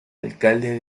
alcalde